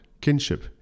kinship